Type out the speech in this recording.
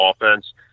offense